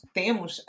temos